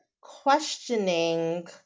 questioning